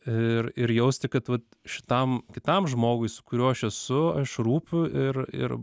ir ir jausti kad vat šitam kitam žmogui su kuriuo aš esu aš rūpiu ir ir